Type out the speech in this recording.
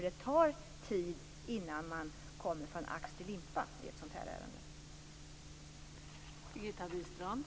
Det tar tid innan man kommer från ax till limpa i ett sådant här ärende.